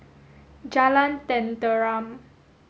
Jalan Tenteram